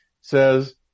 says